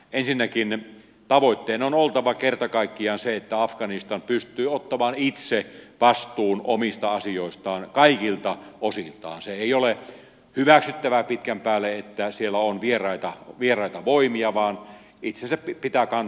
ensinnäkin on tavoitteena on oltava kerta kaikkiaan se että afganistan pystyy ottamaan itse vastuun omista asioistaan kaikilta osin taas ei ole hyväksyttävää pitkän päälle että siellä on vieraita vieraita voimia vaan itse sepitti tarkan